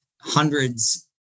hundreds